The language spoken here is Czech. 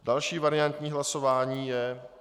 Další variantní hlasování je...